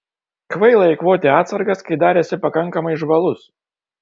kvaila eikvoti atsargas kai dar esi pakankamai žvalus